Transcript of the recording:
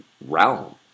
realm